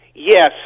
Yes